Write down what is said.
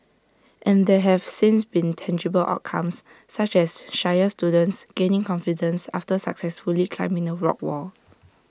and there have since been tangible outcomes such as shyer students gaining confidence after successfully climbing the rock wall